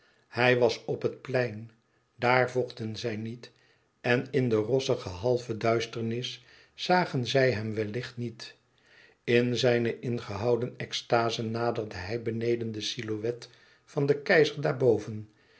hij was op het plein daar vochten zij niet en in de rossige half duisternis zagen zij hem wellicht niet in zijne ingehouden extaze naderde hij beneden de silhouet van den keizer daarboven